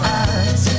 eyes